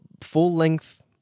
full-length